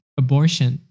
,abortion